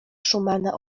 szumana